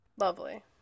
Lovely